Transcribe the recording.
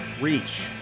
reach